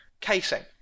casing